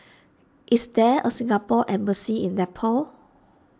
is there a Singapore Embassy in Nepal